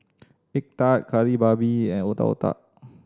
egg tart Kari Babi and Otak Otak